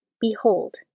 Behold